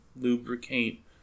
lubricate